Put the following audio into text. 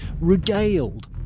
regaled